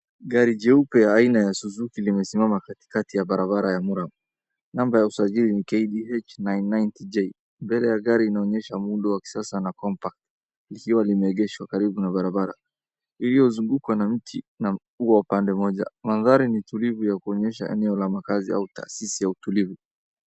Gari jeupe aina ya suzuki limesimama katikati mwa barabara ya murram nambari la usajili ni KDH nine nine J .Mbele ya gari inaonyesha muundo wa kisasa na kompa ikiwa limeegeshwa karibu na barabara ,iliyozungukwa na mti na ua upande moja. Mandhari ni utulivu ya kuonyesha eneo la makazi ya utasisi wa utulivu.